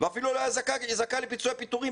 ואפילו לא היה זכאי לפיצויי פיטורים.